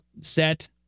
Set